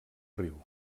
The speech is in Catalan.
riu